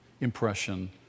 impression